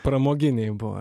pramoginiai buvo